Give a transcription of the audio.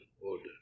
order